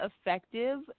effective